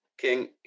King